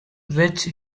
rich